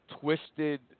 twisted